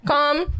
Come